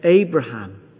Abraham